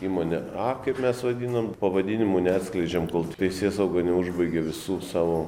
įmonė a kaip mes vadinam pavadinimų neatskleidžiam kol teisėsauga neužbaigė visų savo